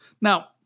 Now